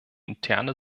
interne